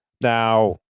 Now